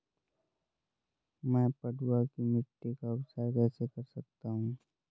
मैं पडुआ की मिट्टी का उपचार कैसे कर सकता हूँ?